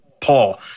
Paul